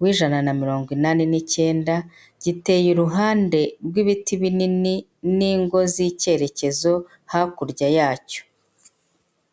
w'ijana na mirongo inani n'icyenda ,giteye uruhande rw'ibiti binini n'ingo z'icyerekezo hakurya yacyo.